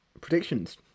predictions